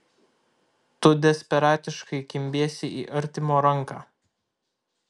tu desperatiškai kimbiesi į artimo ranką